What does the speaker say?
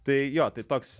tai jo tai toks